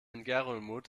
ngerulmud